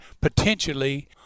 potentially